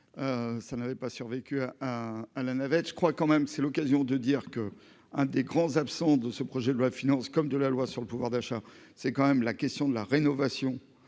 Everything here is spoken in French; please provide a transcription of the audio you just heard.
ça n'avait pas survécu à un hein, la navette je crois quand même, c'est l'occasion de dire que un des grands absents de ce projet de loi de finances comme de la loi sur le pouvoir d'achat, c'est quand même la question de la rénovation